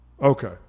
okay